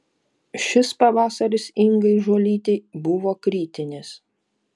šis pavasaris ingai žuolytei buvo kritinis